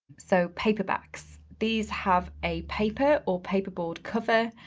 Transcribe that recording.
so paperbacks, these have a paper or paper board cover.